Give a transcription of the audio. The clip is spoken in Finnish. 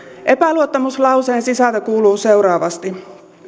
epäluottamuslauseen sisältö kuuluu seuraavasti